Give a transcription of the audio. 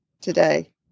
Today